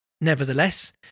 Nevertheless